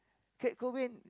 Kurt Cobain